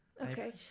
okay